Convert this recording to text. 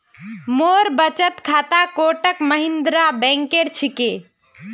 मोर बचत खाता कोटक महिंद्रा बैंकेर छिके